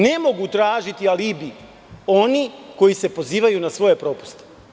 Ne mogu tražiti alibi oni koji se pozivaju na svoje propuste.